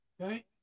Okay